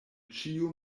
ĉiu